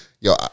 yo